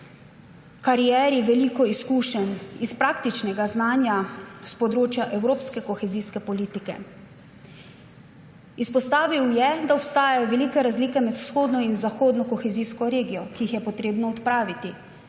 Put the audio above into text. karieri veliko izkušenj iz praktičnega znanja s področja evropske kohezijske politike. Izpostavil je, da obstajajo velike razlike med vzhodno in zahodno kohezijsko regijo, ki jih je potrebno odpraviti.